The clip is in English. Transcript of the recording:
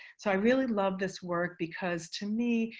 so i really love this work because to me,